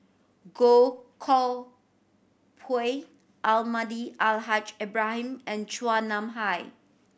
Goh Koh Pui Almahdi Al Haj Ibrahim and Chua Nam Hai